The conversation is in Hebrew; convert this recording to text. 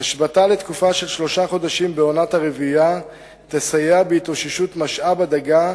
ההשבתה לתקופה של שלושה חודשים בעונת הרבייה תסייע בהתאוששות משאב הדגה,